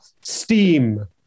steam